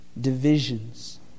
divisions